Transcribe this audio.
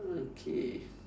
okay